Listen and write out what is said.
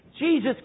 Jesus